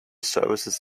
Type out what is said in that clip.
services